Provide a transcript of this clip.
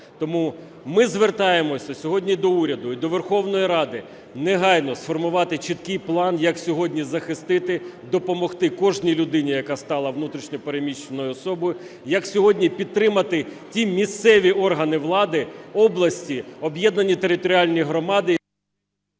Тому ми звертаємося сьогодні до уряду і до Верховної Ради негайно сформувати чіткий план, як сьогодні захистити, допомогти кожній людині, яка стала внутрішньо переміщеною особою, як сьогодні підтримати ті місцеві органи влади, області, об'єднані територіальні громади,